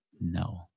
No